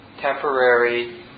temporary